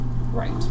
Right